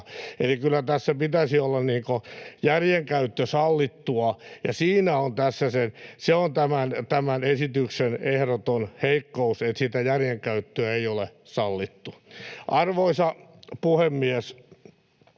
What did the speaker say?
Eli kyllä tässä pitäisi olla järjen käyttö sallittua. Ja se on tämän esityksen ehdoton heikkous, että sitä järjen käyttöä ei ole sallittu. Arvoisa puhemies!